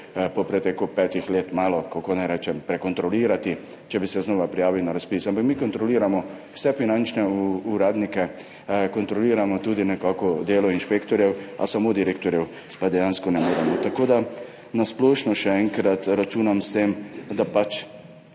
po preteku petih let malo, kako naj rečem, prekontrolirati, če bi se znova prijavil na razpis. Ampak mi kontroliramo vse finančne uradnike, kontroliramo tudi delo inšpektorjev, samo direktorjev pa dejansko ne moremo. Na splošno, še enkrat računam na to, da pač